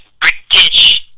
British